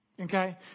Okay